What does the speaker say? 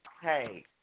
Hey